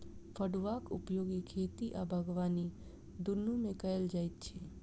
फड़ुआक उपयोग खेती आ बागबानी दुनू मे कयल जाइत अछि